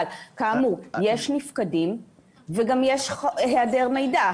אבל כאמור יש נפקדים וגם יש היעדר מידע.